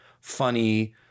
Funny